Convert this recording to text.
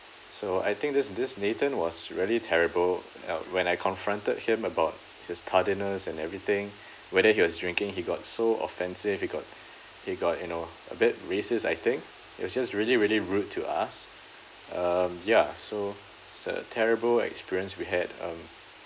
so I think this this nathan was really terrible uh when I confronted him about his tardiness and everything whether he was drinking he got so offensive he got he got you know a bit racist I think he was just really really rude to us um ya so it's a terrible experience we had um